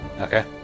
Okay